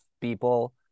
people